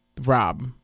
Rob